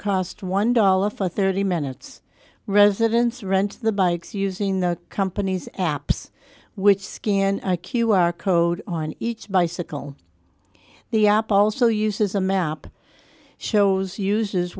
cost one dollar for thirty minutes residents rent the bikes using the company's apps which scan i q r code on each bicycle the op also uses a map shows uses